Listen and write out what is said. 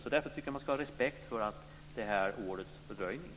Därför tycker jag att man ska ha respekt för det här årets fördröjning.